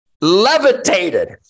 levitated